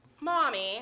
Mommy